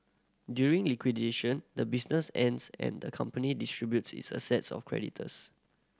during liquidation the business ends and the company distributes its assets of creditors